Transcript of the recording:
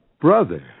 Brother